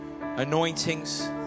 anointings